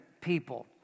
people